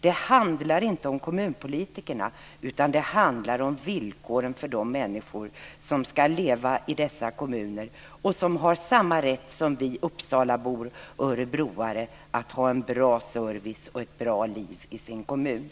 Det handlar inte om kommunpolitikerna utan det handlar om villkoren för de människor som ska leva i dessa kommuner och som har samma rätt som vi uppsalabor och örebroare att ha en bra service och ett bra liv i sina kommuner.